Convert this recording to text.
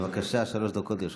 בבקשה, שלוש דקות לרשותך.